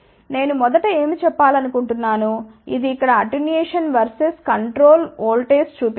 నేను మొదట ఏమి చెప్పాలనుకుంటున్నాను ఇది ఇక్కడ అటెన్యుయేషన్ వర్సెస్ కంట్రోల్ ఓల్టేజ్ చూపిస్తుంది